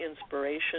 inspiration